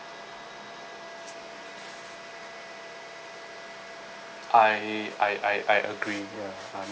I I I I agree with ya